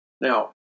Now